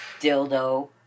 dildo